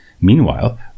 Meanwhile